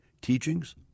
teachings